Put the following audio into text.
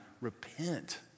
Repent